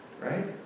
right